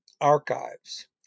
archives